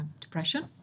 depression